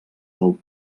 del